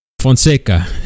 Fonseca